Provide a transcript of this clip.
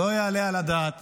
לא יעלה על הדעת